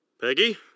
Peggy